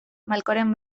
malkoren